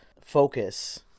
focus